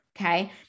Okay